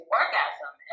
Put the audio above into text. orgasm